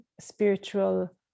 spiritual